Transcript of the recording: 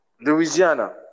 Louisiana